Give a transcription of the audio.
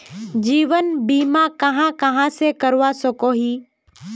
जीवन बीमा कहाँ कहाँ से करवा सकोहो ही?